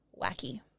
wacky